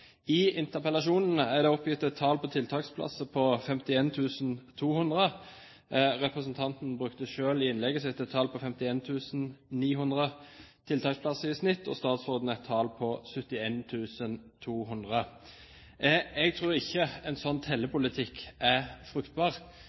tiltaksplasser på 51 200. Representanten brukte selv i innlegget sitt tallet 51 900 tiltaksplasser i snitt, og statsråden et tall på 71 200. Jeg tror ikke en slik tellepolitikk er fruktbar,